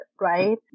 right